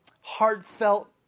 heartfelt